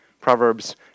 Proverbs